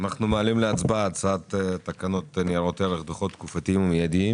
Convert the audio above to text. מעלים להצבעה את הצעת תקנות ניירות ערך (דוחות תקופתיים ומידיים)